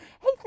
hey